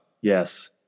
Yes